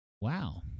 Wow